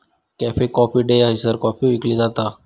cafe Coffee Day हयसर coffee विकली जाता